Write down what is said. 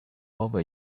over